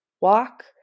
walk